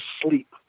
sleep